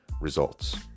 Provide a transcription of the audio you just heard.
results